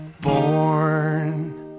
born